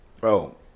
bro